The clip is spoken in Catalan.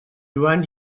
joan